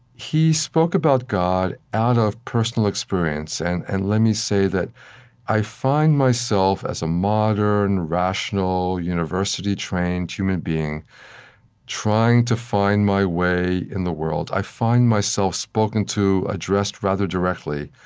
he spoke about god out of personal experience. and and let me say that i find myself as a modern, rational university-trained human being trying to find my way in the world, i find myself spoken to, addressed rather directly,